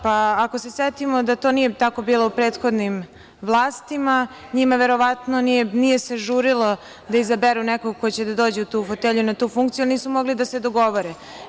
Pa, ako se setimo da to nije bilo u prethodnih vlastima, njima verovatno nije se žurilo da izaberu nekog ko će da dođe u tu fotelju, na tu funkciju, jer nisu mogli da se dogovore.